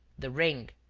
the ring.